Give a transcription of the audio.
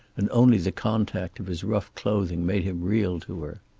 and only the contact of his rough clothing made him real to her.